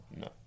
No